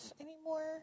anymore